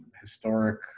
historic